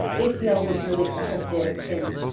acl was really interested in